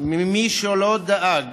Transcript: ממי שלא דאג